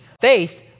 faith